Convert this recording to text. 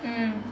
um